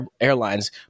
airlines